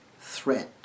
threat